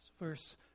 verse